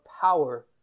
power